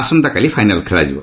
ଆସନ୍ତାକାଲି ଫାଇନାଲ୍ ଖେଳାଯିବ